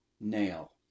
nail